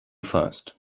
first